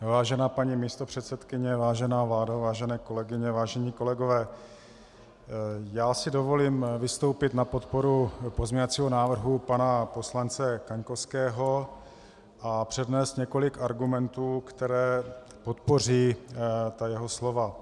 Vážená paní místopředsedkyně, vážená vládo, vážené kolegyně, vážení kolegové, já si dovolím vystoupit na podporu pozměňovacího návrhu pana poslance Kaňkovského a přednést několik argumentů, které podpoří jeho slova.